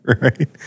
right